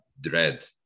dread